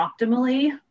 optimally